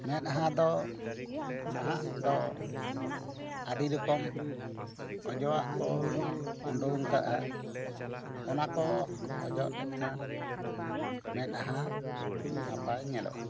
ᱢᱮᱸᱫᱼᱟᱦᱟᱸ ᱫᱚ ᱱᱟᱦᱟᱜ ᱫᱚ ᱟᱹᱰᱤ ᱨᱚᱠᱚᱢ ᱚᱡᱚᱜ ᱟᱜ ᱠᱚ ᱩᱰᱩᱝ ᱟᱠᱟᱫᱟ ᱟ ᱚᱱᱟ ᱠᱚ ᱚᱡᱚᱜ ᱞᱮᱠᱷᱟᱱ ᱢᱮᱸᱫ ᱟᱸᱦᱟᱸ ᱱᱟᱯᱟᱭ ᱧᱮᱞᱚᱜ ᱟ